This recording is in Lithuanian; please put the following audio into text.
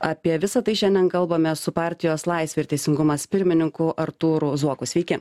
apie visa tai šiandien kalbame su partijos laisvė ir teisingumas pirmininku artūru zuoku sveiki